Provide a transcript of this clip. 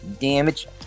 Damage